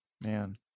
Man